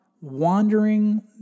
wandering